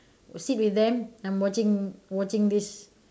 sit with them I'm watching watching this